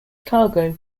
cargo